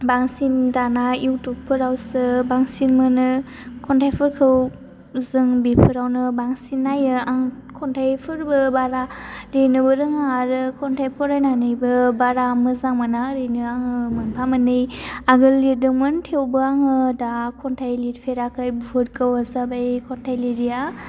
बांसिन दाना इउटिउब फोरावसो बांसिन मोनो खन्थाइफोरखौ जों बेफोरावनो बांसिन नायो आं खन्थाइफोरबो बारा लिरनोबो रोङा आरो खन्थाइ फरायनानैबो बारा मोजां मोना ओरैनो आङो मोनफा मोननै आगोल लिरदोंमोन थेवबो आङो दा खन्थाइ लिरफेराखै बुहुद गोबाव जाबाय खन्थाइ लिरैया